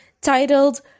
titled